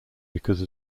because